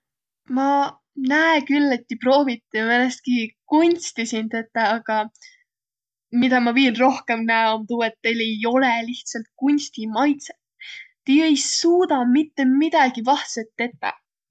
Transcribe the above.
Ma näe külh, et ti prooviti määnestki kunsti siin tetäq, aga midä ma viil rohkõmb näe, om tuu, et teil ei olõq lihtsält kunstimaidsõt. Ti ei suudaq mitte midägi vahtsõt tetäq.